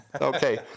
Okay